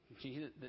Jesus